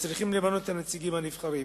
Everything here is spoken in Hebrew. שצריכים למנות את הנציגים הנבחרים.